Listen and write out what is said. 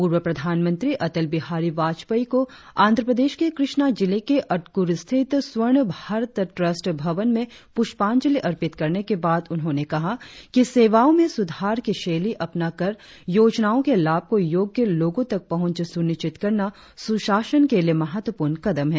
पूर्व प्रधानमंत्री अटल बिहारी वाजपेयी को आज आंध्र प्रदेश के क्रष्णा जिले के अतक्रु स्थित स्वर्ण भारत ट्रस्ट भवन में प्रष्पांजलि अर्पित करने के बाद उन्होंने कहा कि सेवाओं में सुधार की शैली अपना कर योजनाओं के लाभ को योग्य लोगों तक पहुंच सुनिश्चित करना सुशासन के लिए महत्वपूर्ण कदम है